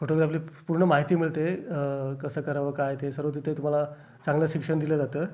फोटोग्राफली पूर्ण माहिती मिळते कसं करावं काय ते सर्व तिथे तुम्हाला चांगलं शिक्षण दिलं जातं